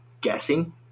guessing